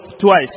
twice